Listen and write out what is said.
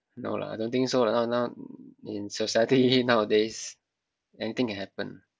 no lah I don't think so lah now now in society nowadays anything can happen